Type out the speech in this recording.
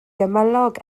gymylog